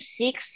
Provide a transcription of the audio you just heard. six